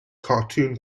cartoon